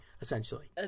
essentially